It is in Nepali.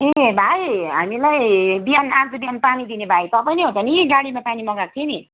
ए भाइ हामीलाई बिहान आज बिहान पानी दिने भाइ तपाईँ नै हो त नि गाडीमा पानी मगाएको थिएँ नि